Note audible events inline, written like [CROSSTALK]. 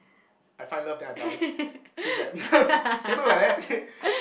[LAUGHS]